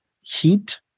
heat